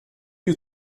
you